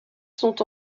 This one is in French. sont